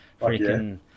freaking